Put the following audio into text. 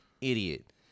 idiot